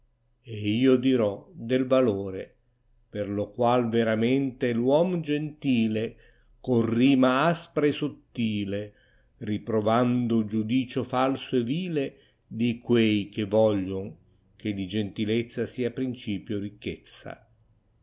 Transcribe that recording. e dirò del valore per lo qual veramente è v uom gentile con rima aspra e sottile riprovando il giudicio falso e vile di quei che voglion che di gentilezza sia principio ricchezza